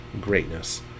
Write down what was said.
greatness